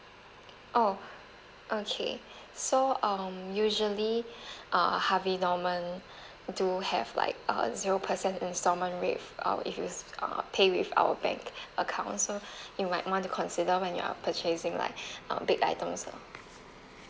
oh okay so um usually err harvey norman do have like a zero percent instalment rate uh if you uh pay with our bank accounts so you might want to consider when you are purchasing like uh big items lah